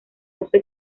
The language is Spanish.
uso